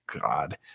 God